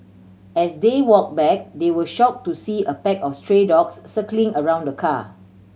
as they walked back they were shocked to see a pack of stray dogs circling around the car